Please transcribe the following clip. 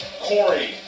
Corey